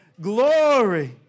Glory